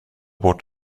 bort